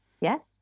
Yes